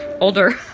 older